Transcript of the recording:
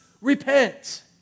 repent